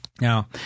Now